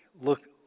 Look